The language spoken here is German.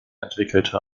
entwickelte